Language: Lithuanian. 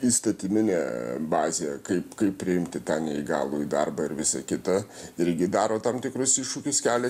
įstatyminė bazė kaip kaip priimti tą neįgalų į darbą ir visa kita irgi daro tam tikrus iššūkius kelia